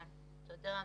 תודה,